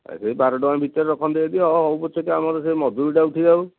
ଏଇଠି ବି ବାର ଟଙ୍କା ଭିତରେ ରଖନ୍ତେ ଯଦି ହଁ ହଉ ପଛକେ ଆମର ସେ ମଜୁରୀଟା ଉଠିଯାଉ